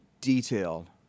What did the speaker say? detailed